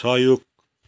सहयोग